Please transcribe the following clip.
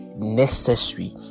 necessary